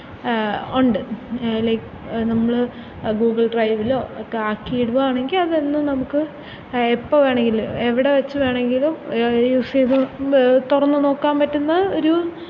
ഉണ്ട് ലൈക്ക് നമ്മൾ ഗൂഗിൾ ഡ്രൈവിലോ ഒക്കെ ആക്കി ഇടുകയാണെങ്കിൽ അതെന്നും നമുക്ക് എപ്പോൾ വേണമെങ്കിലും എവിടെ വെച്ചു വേണമെങ്കിലും യൂസ് ചെയ്തു തുറന്നു നോക്കാൻ പറ്റുന്ന ഒരു